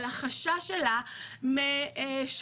על החשש שלה משחיתות.